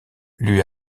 lui